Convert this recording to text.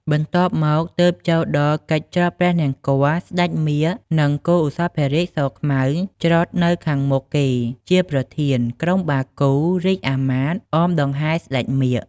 បន្ទាប់មកទើបចូលដល់កិច្ចច្រត់ព្រះនង្គ័ល ស្ដេចមាឃ និង គោឧសភរាជ សខ្មៅ ច្រត់នៅខាងមុខគេ ជាប្រធាន ក្រុមបាគូ រាជអាមាត្រ អមដង្ហែរ ស្ដេចមាឃ។